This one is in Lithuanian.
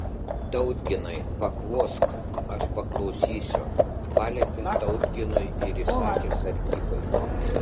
tautginai pakvosk aš paklausysiu paliepė tautginui ir įsakė sargybai